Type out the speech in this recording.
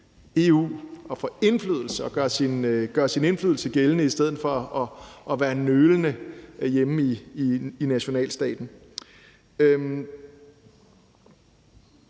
EU og får indflydelse og gør sin indflydelse gældende i stedet for at være nølende hjemme i nationalstaten.